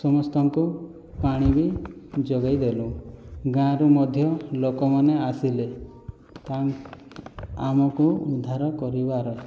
ସମସ୍ତଙ୍କୁ ପାଣି ବି ଯୋଗାଇଦେଲୁ ଗାଁରୁ ମଧ୍ୟ ଲୋକମାନେ ଆସିଲେ ତା ଆମକୁ ଉଦ୍ଧାର କରିବାର